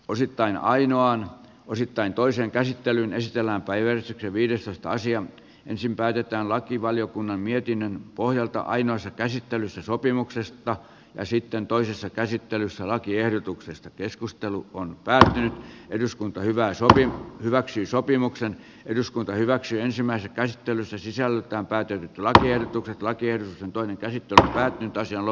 osittain ainoan osittain toisen käsittelyn ystävänpäivä on viidestoista sija ensin päätetään lakivaliokunnan mietinnön pohjalta ainoassa käsittelyssä sopimuksesta ja sitten toisessa käsittelyssä lakiehdotuksesta keskustelu on pään eduskunta hyvä soitin hyväksyi sopimuksen eduskunta hyväksyi ensimmäisen käsittelyn se sisältää päätyy lakiehdotukset lakers antoi liittoa pitäisi lakiehdotuksista